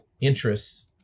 interests